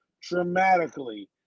dramatically